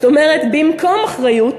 זאת אומרת, במקום אחריות,